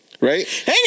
Right